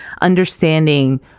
understanding